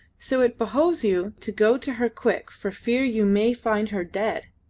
so it behoves you to go to her quick, for fear you may find her dead.